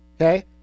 okay